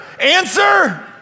Answer